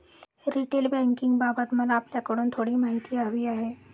retail बँकिंगबाबत मला आपल्याकडून थोडी माहिती हवी आहे